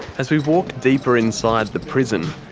as we walk deeper inside the prison,